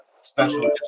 special